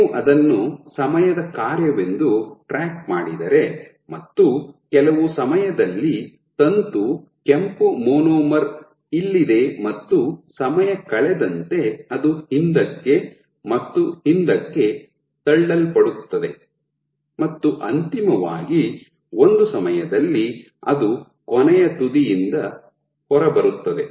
ನೀವು ಅದನ್ನು ಸಮಯದ ಕಾರ್ಯವೆಂದು ಟ್ರ್ಯಾಕ್ ಮಾಡಿದರೆ ಮತ್ತು ಕೆಲವು ಸಮಯದಲ್ಲಿ ತಂತು ಕೆಂಪು ಮೊನೊಮರ್ ಇಲ್ಲಿದೆ ಮತ್ತು ಸಮಯ ಕಳೆದಂತೆ ಅದು ಹಿಂದಕ್ಕೆ ಮತ್ತು ಹಿಂದಕ್ಕೆ ತಳ್ಳಲ್ಪಡುತ್ತದೆ ಮತ್ತು ಅಂತಿಮವಾಗಿ ಒಂದು ಸಮಯದಲ್ಲಿ ಅದು ಕೊನೆಯ ತುದಿಯಿಂದ ಹೊರಬರುತ್ತದೆ